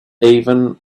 even